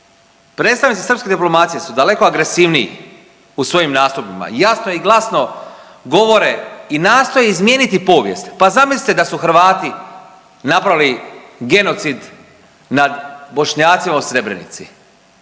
predstavnici srpske diplomacije su daleko agresivniji u svojim nastupima, jasno i glasno govore i nastoje izmijeniti povijest, pa zamislite da su Hrvati napravili genocid nad Bošnjacima u Srebrenici,